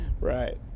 Right